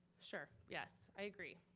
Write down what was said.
sure, yes, i agree.